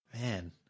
Man